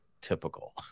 typical